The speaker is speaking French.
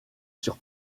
sur